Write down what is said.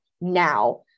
now